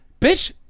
bitch